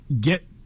Get